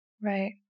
Right